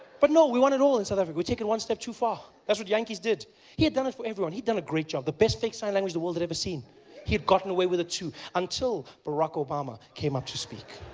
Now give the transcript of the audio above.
but no, we want it all in south africa. we take it one step too far. that's what jantjies did he had done it for everyone, he done a great job the best fake sign language the world had ever seen. he had gotten away with it too, until barack obama came up to speak